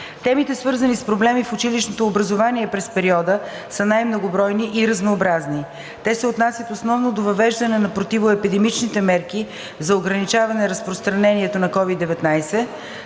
Темите, свързани с проблеми в училищното образование през периода, са най-многобройни и разнообразни. Те се отнасят основно до въвеждането на противоепидемичните мерки за ограничаване разпространението на COVID-19;